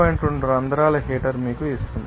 2 రంధ్రాల హీటర్ మీకు ఇస్తుంది